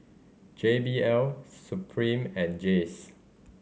J B L Supreme and Jays